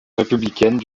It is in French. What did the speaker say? républicaine